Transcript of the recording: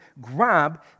grab